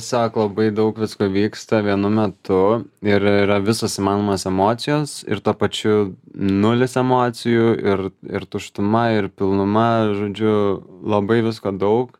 tiesiog labai daug visko vyksta vienu metu ir yra visos įmanomos emocijos ir tuo pačiu nulis emocijų ir ir tuštuma ir pilnuma žodžiu labai visko daug